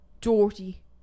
dirty